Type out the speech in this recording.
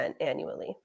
annually